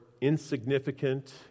insignificant